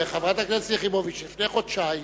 חברת הכנסת יחימוביץ, לפני חודשיים